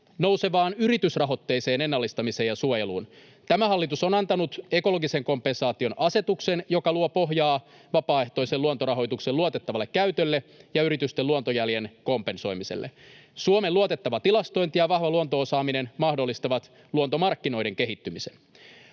nousevaan yritysrahoitteiseen ennallistamiseen ja suojeluun. Tämä hallitus on antanut ekologisen kompensaation asetuksen, joka luo pohjaa vapaaehtoisen luontorahoituksen luotettavalle käytölle ja yritysten luontojäljen kompensoimiselle. Suomen luotettava tilastointi ja vahva luonto-osaaminen mahdollistavat luontomarkkinoiden kehittymisen.